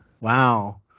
Wow